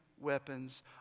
weapons